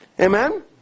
Amen